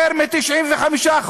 יותר מ-95%,